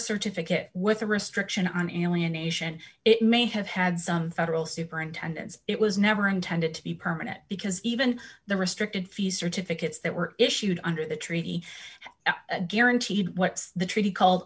certificate with a restriction on elimination it may have had some federal superintendence it was never intended to be permanent because even the restricted fees certificates that were issued under the treaty guaranteed what the treaty called